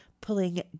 pulling